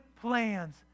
plans